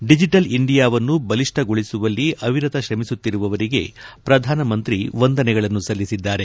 digital ಇಂಡಿಯಾವನ್ನು ಬಲಿಷ್ಟಗೊಳಿಸುವಲ್ಲ ಅವಿರತ ಶ್ರಮಿಸುತ್ತಿರುವವರಿಗೆ ಪ್ರಧಾನಮಂತ್ರಿ ವಂದನೆಗಳನ್ನು ಸಲ್ಲಿಸಿದ್ದಾರೆ